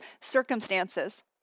circumstances